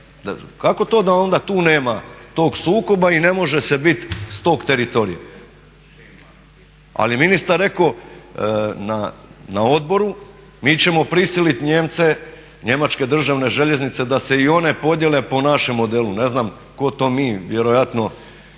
Kako to da onda tu nema tog sukoba i ne može se bit s tog teritorija. Ali je ministar rekao na odboru mi ćemo prisilit Nijemce, njemačke državne željeznice da se i one podijele po našem modelu. Ne znam tko to mi, vjerojatno